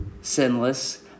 sinless